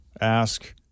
ask